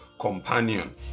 companion